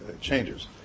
changes